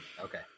Okay